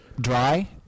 dry